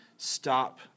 stop